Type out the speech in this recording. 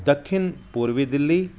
ॾखिण पूर्वी दिल्ली